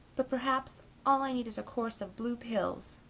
but perhaps all i need is a course of blue pills.